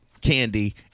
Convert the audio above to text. candy